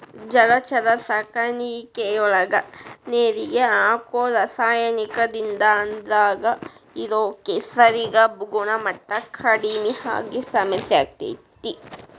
ಜಲಚರ ಸಾಕಾಣಿಕೆಯೊಳಗ ನೇರಿಗೆ ಹಾಕೋ ರಾಸಾಯನಿಕದಿಂದ ಅದ್ರಾಗ ಇರೋ ಕೆಸರಿನ ಗುಣಮಟ್ಟ ಕಡಿಮಿ ಆಗಿ ಸಮಸ್ಯೆ ಆಗ್ತೇತಿ